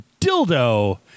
Dildo